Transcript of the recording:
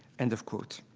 end of quote.